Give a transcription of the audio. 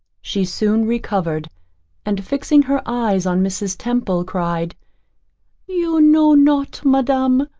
she soon recovered and fixing her eyes on mrs. temple, cried you know not, madam,